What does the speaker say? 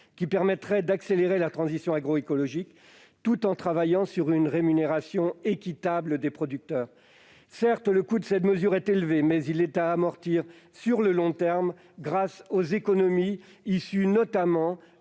qui permettrait d'accélérer la transition agroécologique, tout en travaillant sur une rémunération équitable des producteurs. Certes, le coût de cette mesure est élevé, mais il est à amortir sur le long terme grâce aux économies sur les